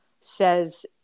says